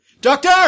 Doctor